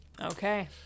okay